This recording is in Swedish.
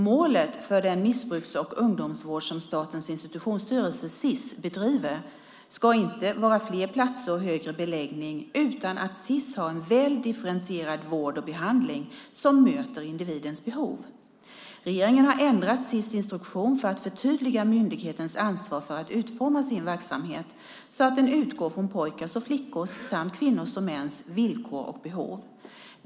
Målet för den missbrukar och ungdomsvård som Statens institutionsstyrelse, SiS, bedriver ska inte vara fler platser och högre beläggning utan att SiS har en väl differentierad vård och behandling som möter individens behov. Regeringen har ändrat SiS instruktion för att förtydliga myndighetens ansvar för att utforma sin verksamhet så att den utgår från pojkars och flickors samt kvinnors och mäns villkor och behov.